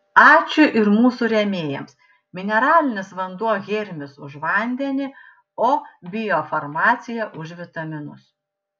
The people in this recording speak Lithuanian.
ačiū ir mūsų rėmėjams mineralinis vanduo hermis už vandenį o biofarmacija už vitaminus